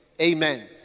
Amen